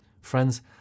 Friends